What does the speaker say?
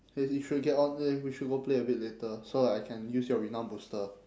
eh we should get on la~ we should go play a bit later so like I can use your renown booster